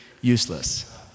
useless